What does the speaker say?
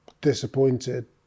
disappointed